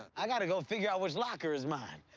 i gotta go figure out which locker is mine.